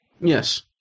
Yes